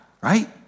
right